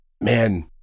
Man